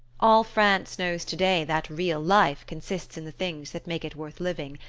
all france knows today that real life consists in the things that make it worth living,